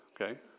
okay